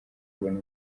abona